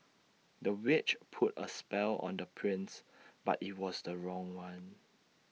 the witch put A spell on the prince but IT was the wrong one